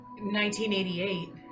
1988